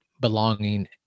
belonging